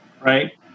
right